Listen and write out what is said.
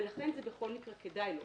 ולכן זה בכל מקרה כדאי לו.